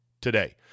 today